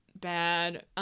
bad